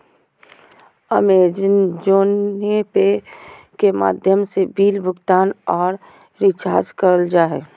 अमेज़ोने Pay के माध्यम से बिल भुगतान आर रिचार्ज करल जा हय